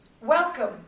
Welcome